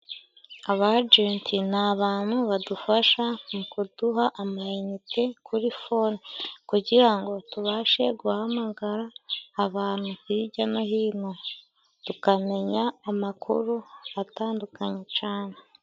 Aba agenti ni abantu badufasha mu kuduha ama inite kuri fone, kugira ngo tubashe guhamagara abantu hirya no hino, tukamenya amakuru atandukanye cyane.